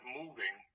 moving